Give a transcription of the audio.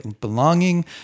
belonging